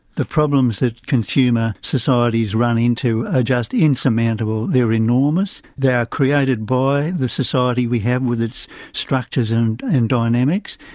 the problems that consumer societies run into are just insurmountable. they're enormous. they're created by the society we have with its structures and and dynamics.